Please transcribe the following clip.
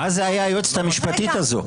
מה זו הייתה היועצת המשפטית הזאת?